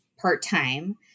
part-time